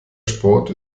sport